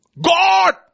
God